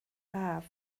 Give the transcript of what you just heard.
haf